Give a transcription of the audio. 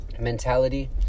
mentality